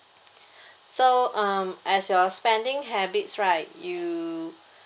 so um as your spending habits right you